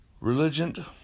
Religion